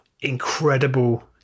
incredible